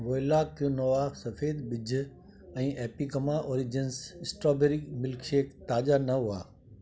voila quinoa सफ़ेद बिज ऐं एपिगमा ओरिजिन्स स्ट्रॉबेरी मिल्कशेक ताज़ा न हुआ